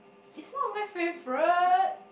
it's not my favourite